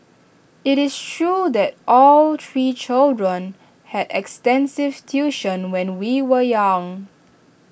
IT is true that all three children had extensive tuition when we were young